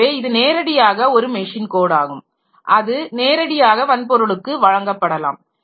எனவே இது நேரடியாக ஒரு மெஷின் கோடாகும் அது நேரடியாக வன்பொருளுக்கு வழங்கப்படலாம்